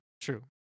True